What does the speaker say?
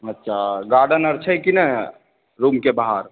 अच्छा गार्डन आर छै कि नहि रुमके बाहर